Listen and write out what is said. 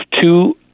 two